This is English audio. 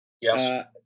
Yes